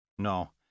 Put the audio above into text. No